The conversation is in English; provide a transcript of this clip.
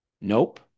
Nope